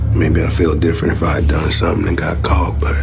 maybe i feel different if i've done something